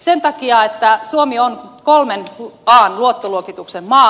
sen takia että suomi on kolmen an luottoluokituksen maa